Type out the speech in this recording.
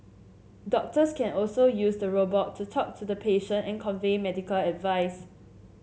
doctors can also use the robot to talk to the patient and convey medical advice